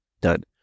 done